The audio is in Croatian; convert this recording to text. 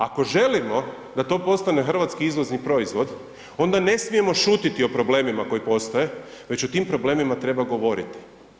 Ako želimo da to postane hrvatski izvozni proizvod, onda ne smijemo šutjeti o problemima koji postoje, već o tim problemima treba govoriti.